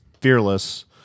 Fearless